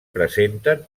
presenten